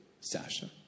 Sasha